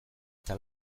eta